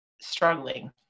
struggling